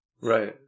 Right